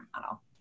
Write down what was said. model